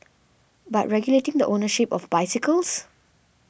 but regulating the ownership of bicycles